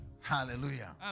hallelujah